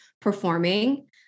performing